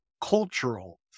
cultural